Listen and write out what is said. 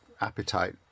appetite